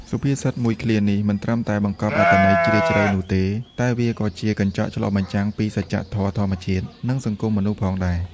សុភាសិតមួយឃ្លានេះមិនត្រឹមតែបង្កប់អត្ថន័យជ្រាលជ្រៅនោះទេ តែវាក៏ជាកញ្ចក់ឆ្លុះបញ្ចាំងពីសច្ចធម៌ធម្មជាតិ និងសង្គមមនុស្សផងដែរ។